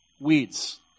weeds